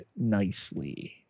nicely